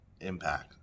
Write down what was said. impact